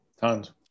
Tons